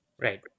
Right